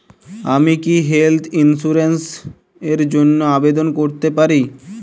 আমি কি health insurance র জন্য আবেদন করতে পারি?